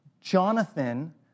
Jonathan